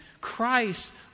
Christ